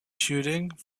shooting